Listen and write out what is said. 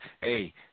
hey